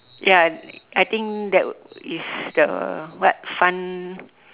ya I think that is the what fun